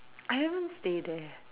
I haven't stay there